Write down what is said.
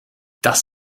das